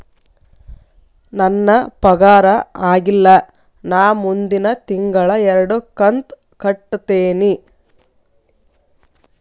ನನ್ನ ಪಗಾರ ಆಗಿಲ್ಲ ನಾ ಮುಂದಿನ ತಿಂಗಳ ಎರಡು ಕಂತ್ ಕಟ್ಟತೇನಿ